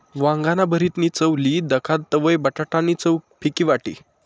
वांगाना भरीतनी चव ली दखा तवयं बटाटा नी चव फिकी वाटी